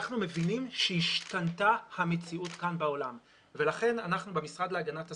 אנחנו מבינים שהשתנתה המציאות כאן בעולם ולכן אנחנו במשרד להגנת הסביבה,